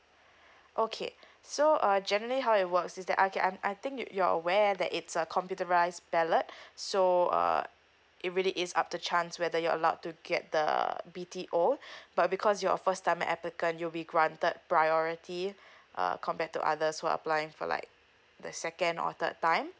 okay so uh generally how it works is that okay I'm I think you're aware that it's a computerised ballot so err it really is up to chance whether you're allowed to get the B_T_O but because you're first time applicant you'll be granted priority uh compared to others were applying for like the second or third time